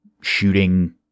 shooting